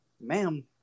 Ma'am